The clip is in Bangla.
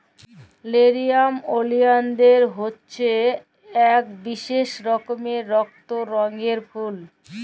লেরিয়াম ওলিয়ালদের হছে ইকট বিশেষ রকমের রক্ত রঙের ফুল